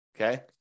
okay